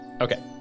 Okay